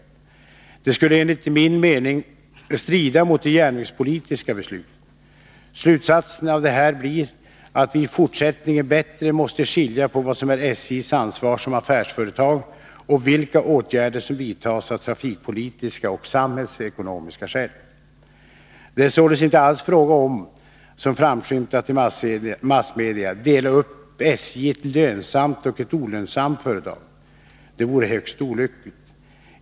Detta skulle enligt min mening strida mot de järnvägspolitiska besluten. Slutsatsen av det här blir att vi i fortsättningen bättre måste skilja på vad som är SJ:s ansvar som affärsföretag och vilka åtgärder som vidtas av trafikpolitiska och samhällsekonomiska skäl. Det är således inte alls fråga om att, som framskymtat i massmedia, dela upp SJ i ett lönsamt och ett olönsamt företag. Det vore högst olyckligt.